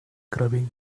grubbing